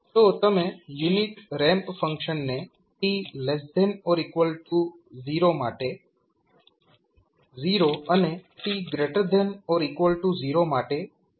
તો તમે unit ramp ફંક્શનને t0 માટે 0 અને t0 માટે t તરીકે વ્યાખ્યાયિત કરી શકો છો